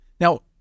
Now